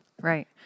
Right